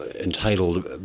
entitled